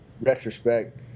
retrospect